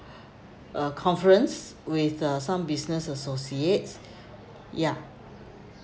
a conference with the some business associates ya